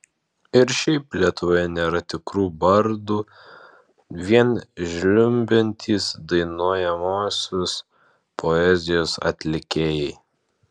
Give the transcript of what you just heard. ir šiaip lietuvoje nėra tikrų bardų vien žliumbiantys dainuojamosios poezijos atlikėjai